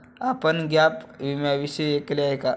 आपण गॅप विम्याविषयी ऐकले आहे का?